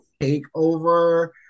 takeover